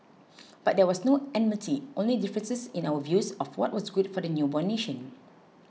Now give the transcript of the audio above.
but there was no enmity only differences in our views of what was good for the newborn nation